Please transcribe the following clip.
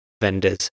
vendors